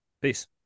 Peace